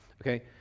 Okay